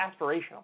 aspirational